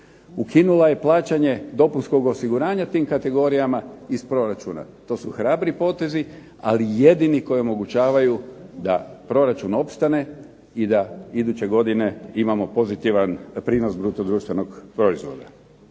Ukinula je plaćanje dopunskog osiguranja tim kategorijama iz proračuna. To su hrabri potezi, ali jedini koji omogućavaju da proračun opstane i da iduće godine imamo pozitivan prinos bruto društvenog proizvoda.